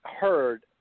heard